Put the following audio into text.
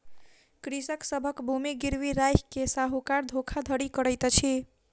कृषक सभक भूमि गिरवी राइख के साहूकार धोखाधड़ी करैत अछि